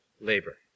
labor